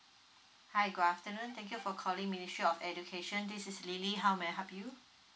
hi good afternoon thank you for calling ministry of education this is lily how may I help you